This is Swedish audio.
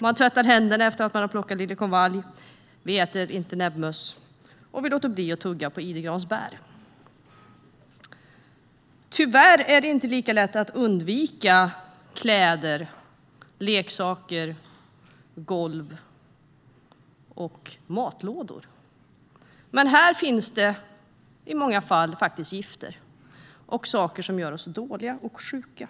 Vi tvättar händerna efter att vi har plockat liljekonvalj, vi äter inte näbbmöss och vi låter bli att tugga på idegransbär. Tyvärr är det inte lika lätt att undvika kläder, leksaker, golv och matlådor. Men här finns i många fall gifter och saker som gör oss dåliga och sjuka.